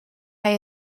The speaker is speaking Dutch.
hij